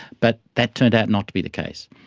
but that turned out not to be the case.